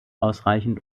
ausreichend